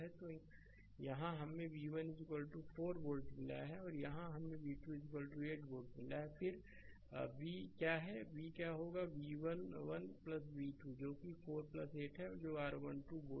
तो यहाँ हमें v1 4 वोल्ट मिला है और यहाँ हमें v2 8 वोल्ट मिला है फिर v क्या है v होगा v1 1 v2 जो कि 4 8 है जो कि r 12 वोल्ट है